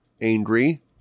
angry